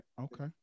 Okay